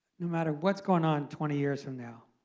no matter what's going on twenty years from now,